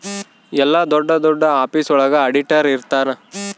ಎಲ್ಲ ದೊಡ್ಡ ದೊಡ್ಡ ಆಫೀಸ್ ಒಳಗ ಆಡಿಟರ್ ಇರ್ತನ